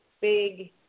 big